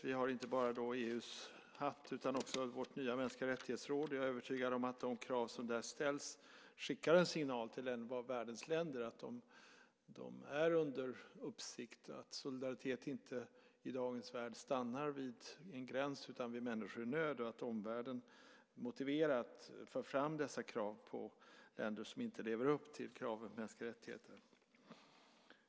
Vi har inte bara EU:s hatt utan också vårt nya mänskliga rättighetsråd. Jag är övertygad om att de krav som där ställs skickar en signal till världens länder att de är under uppsikt och att solidariteten i dagens värld inte stannar vid en gräns utan vid människor i nöd. Det är viktigt att omvärlden motiverat för fram dessa krav på länder som inte lever upp till kraven på mänskliga rättigheter.